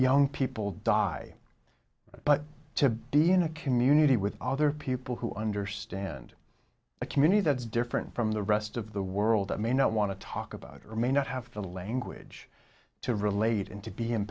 young people die but to be in a community with other people who understand a community that is different from the rest of the world may not want to talk about it or may not have the language to relate and to be